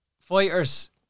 Fighters